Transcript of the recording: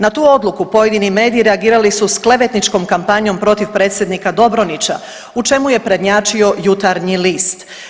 Na tu odluku pojedini mediji reagirali su s klevetničkom kampanjom protiv predsjednika Dobronića u čemu je prednjačio Jutarnji list.